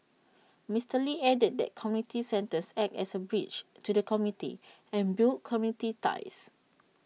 Mister lee added that community centres act as A bridge to the community and build community ties